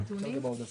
בוא נדבר על